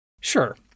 Sure